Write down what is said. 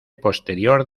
posterior